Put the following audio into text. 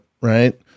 right